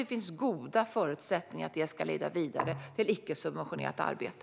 Det finns goda förutsättningar för att det ska leda vidare till icke-subventionerat arbete.